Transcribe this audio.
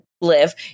live